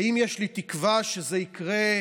הבעיה הראשונה,